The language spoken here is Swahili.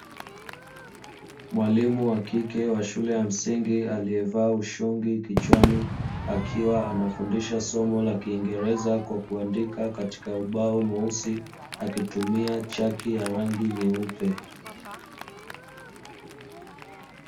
Mwalimu wa kike wa shule ya msingi aliyevaa ushungi kichwani, akiwa anafundisha somo la kingereza kwa kuandika katika ubao mweusi akitumia chaki ya rangi nyeupe.